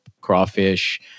crawfish